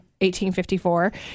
1854